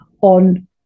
on